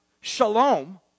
shalom